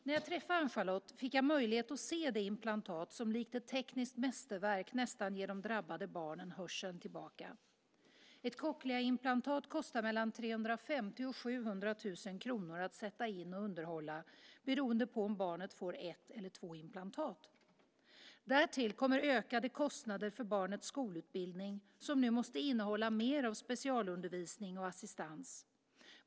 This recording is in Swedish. När jag träffade Ann-Charlotte fick jag möjlighet att se det implantat som likt ett tekniskt mästerverk nästan ger de drabbade barnen hörseln tillbaka. Ett cochleaimplantat kostar mellan 350 000 och 700 000 kr att sätta in och underhålla, beroende på om barnet får ett eller två implantat. Därtill kommer ökade kostnader för barnets skolutbildning som nu måste innehålla mer av specialundervisning och assistans.